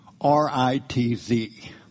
R-I-T-Z